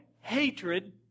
hatred